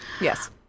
Yes